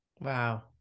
Wow